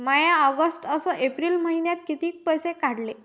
म्या ऑगस्ट अस एप्रिल मइन्यात कितीक पैसे काढले?